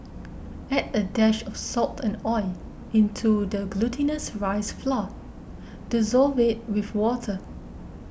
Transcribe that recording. add a dash of salt and oil into the glutinous rice flour dissolve it with water